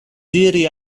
diri